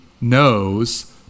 knows